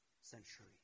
century